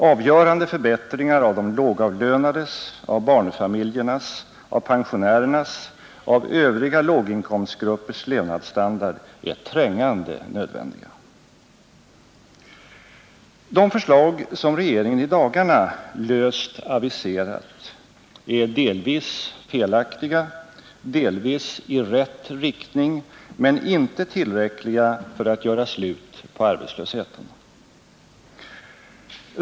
Avgörande förbättringar av de lågavlönades, av barnfamiljernas, av pensionärernas, av övriga låginkomstgruppers levnadsstandard är trängande nödvändiga. De förslag som regeringen i dagarna löst aviserat är delvis felaktiga, delvis steg i rätt riktning men inte tillräckliga för att göra slut på arbetslösheten.